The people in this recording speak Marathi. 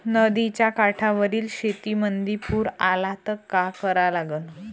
नदीच्या काठावरील शेतीमंदी पूर आला त का करा लागन?